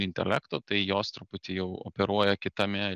intelekto tai jos truputį jau operuoja kitame